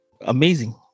amazing